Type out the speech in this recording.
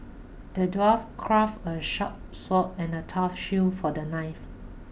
the dwarf crafted a sharp sword and a tough shield for the knife